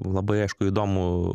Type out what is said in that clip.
labai aišku įdomu